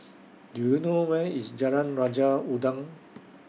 Do YOU know Where IS Jalan Raja Udang